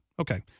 Okay